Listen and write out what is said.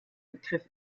begriff